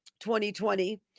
2020